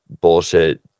bullshit